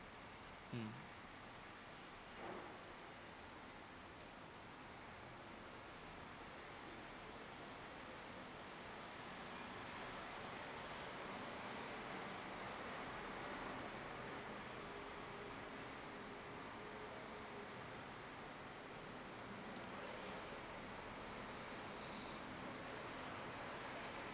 mm mm